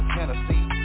Tennessee